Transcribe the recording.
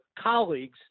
colleagues